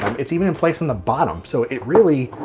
it's even in place on the bottom. so it really